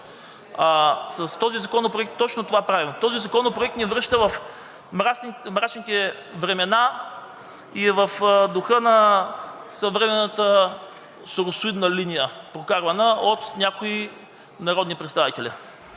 Този законопроект ни връща в мрачните времена и е в духа на съвременната соросоидна линия, прокарвана от някои народни представители.